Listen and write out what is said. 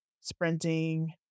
sprinting